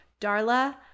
Darla